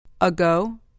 Ago